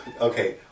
Okay